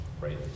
right